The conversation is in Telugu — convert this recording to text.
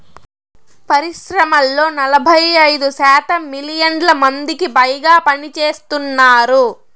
పరిశ్రమల్లో నలభై ఐదు శాతం మిలియన్ల మందికిపైగా పనిచేస్తున్నారు